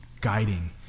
guiding